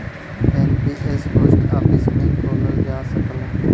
NPS post office में खोलल जा सकला